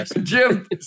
Jim